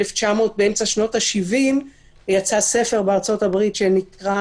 כבר באמצע שנות ה-70 יצא ספר בארצות הברית שנקרא